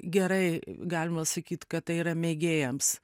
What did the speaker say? gerai galima sakyt kad tai yra mėgėjams